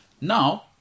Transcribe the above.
now